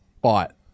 bought